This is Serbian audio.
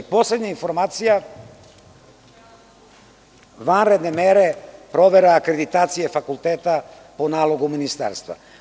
Poslednja informacija vanredne mere, provera, akreditacije fakulteta po nalogu Ministarstva.